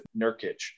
Nurkic